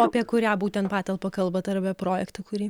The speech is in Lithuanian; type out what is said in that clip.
o apie kurią būtent patalpą kalbat ar apie projektą kurį